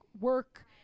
work